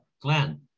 Glenn